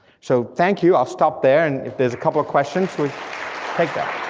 so thank you, i'll stop there, and if there's a couple of questions, we take them.